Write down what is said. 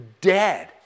Dead